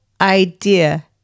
idea